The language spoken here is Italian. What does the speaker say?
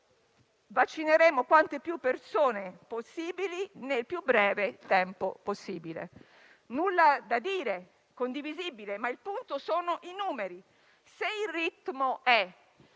che vaccineremo quante più persone possibili nel più breve tempo possibile. Nulla da dire: è condivisibile. Il punto, però, sono i numeri. Se il ritmo è